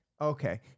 Okay